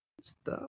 Stop